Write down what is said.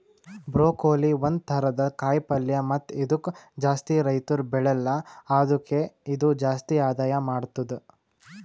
broccoli ಒಂದ್ ಥರದ ಕಾಯಿ ಪಲ್ಯ ಮತ್ತ ಇದುಕ್ ಜಾಸ್ತಿ ರೈತುರ್ ಬೆಳೆಲ್ಲಾ ಆದುಕೆ ಇದು ಜಾಸ್ತಿ ಆದಾಯ ಮಾಡತ್ತುದ